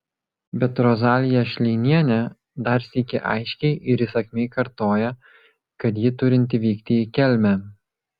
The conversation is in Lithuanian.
bet rozalija šleinienė dar sykį aiškiai ir įsakmiai kartoja kad ji turinti vykti į kelmę